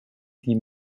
die